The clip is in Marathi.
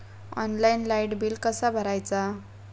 ऑनलाइन लाईट बिल कसा भरायचा?